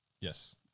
Yes